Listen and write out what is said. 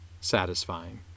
satisfying